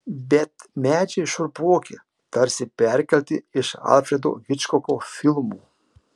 bet medžiai šiurpoki tarsi perkelti iš alfredo hičkoko filmų